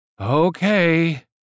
Okay